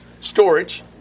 Storage